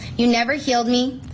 you never healed me.